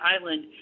island